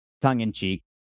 tongue-in-cheek